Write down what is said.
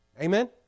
Amen